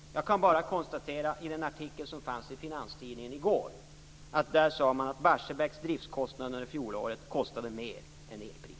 Jag kan bara konstatera att i den artikel som fanns i Finanstidningen i går sades det att Barsebäcks driftskostnader under fjolåret var högre än elpriset.